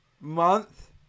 month